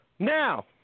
Now